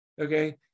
Okay